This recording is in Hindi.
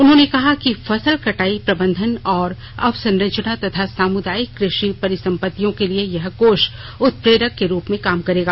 उन्होंने कहा कि फसल कटाई प्रबंधन और अवसंरचना तथा सामुदायिक कृषि परिसंपत्तियों के लिए यह कोष उत्प्रेनरक के रूप में काम करेगा